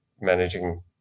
managing